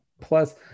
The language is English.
Plus